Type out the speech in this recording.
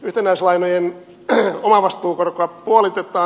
yhtenäislainojen omavastuukorkoa puolitetaan